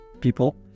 people